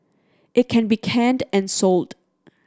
it can be canned and sold